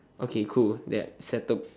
okay cool there settle